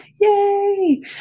Yay